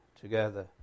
together